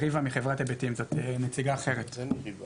תודה שאישרתם לי להשתתף